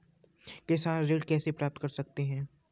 किसान ऋण कैसे प्राप्त कर सकते हैं?